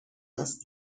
است